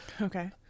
Okay